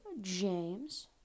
James